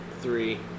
three